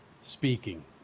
speaking